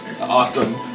Awesome